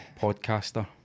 podcaster